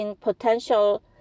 potential